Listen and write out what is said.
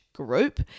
group